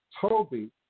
toby